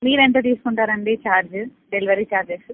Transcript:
మీర ఎంత తీసుకుంటారండి ఛార్జ్ డెలివరీ ఛార్జెస్సు